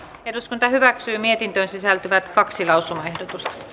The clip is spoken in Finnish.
eduskunta hyväksyi mietintöön sisältyvät kaksi lausumaehdotusta